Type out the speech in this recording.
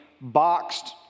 boxed